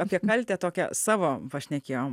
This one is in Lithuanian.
apie kaltę tokią savo pašnekėjom